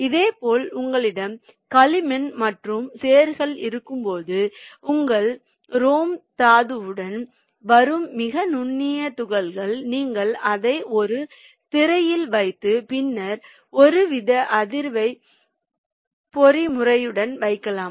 இதேபோல் உங்களிடம் களிமண் மற்றும் சேறுகள் இருக்கும்போது உங்கள் ரோம் தாதுவுடன் வரும் மிக நுண்ணிய துகள்கள் நீங்கள் அதை ஒரு திரையில் வைத்து பின்னர் ஒருவித அதிர்வு பொறிமுறையுடன் வைக்கலாம்